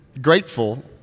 grateful